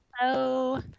Hello